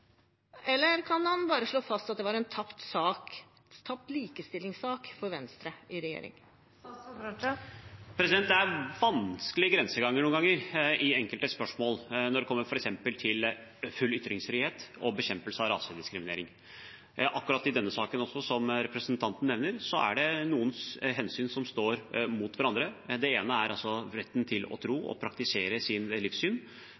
Eller kan han bare slå fast at dette var en tapt likestillingssak for Venstre i regjering? Det er vanskelige grenseganger i enkelte spørsmål noen ganger, f.eks. når det gjelder full ytringsfrihet og bekjempelse av rasediskriminering. I akkurat denne saken som representanten nevner, er det noen hensyn som står mot hverandre. Det ene er retten til å tro og praktisere sitt livssyn